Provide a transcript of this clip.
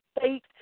fake